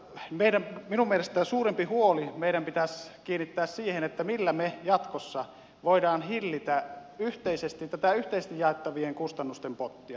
minun mielestäni suurempi huoli on se että meidän pitäisi kiinnittää huomiota siihen millä me jatkossa voimme hillitä tätä yhteisesti jaettavien kustannusten pottia